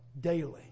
daily